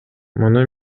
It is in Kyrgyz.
муну